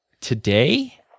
today